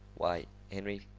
why, henry,